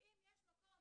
אם יש מקום